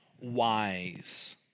wise